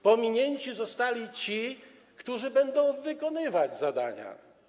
Pominięci zostali ci, którzy będą wykonywać zadania.